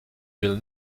will